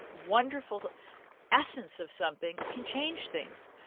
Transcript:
wonderful essence of something can change things.